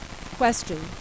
question